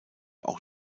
auch